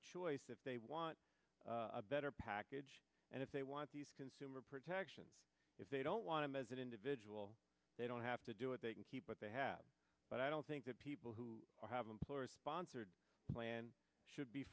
a choice if they want a better package and if they want these consumer protections if they don't want to as an individual they don't have to do it they can keep what they have but i don't think that people who have employer sponsored plan should be